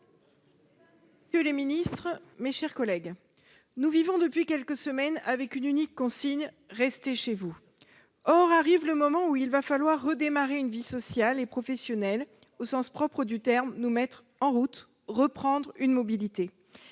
messieurs les ministres, mes chers collègues, nous vivons depuis quelques semaines avec une unique consigne :« Restez chez vous !» Or arrive le moment où il va falloir redémarrer une vie sociale et professionnelle, au sens propre du terme « nous mettre en route », reprendre une mobilité.